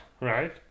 Right